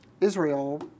Israel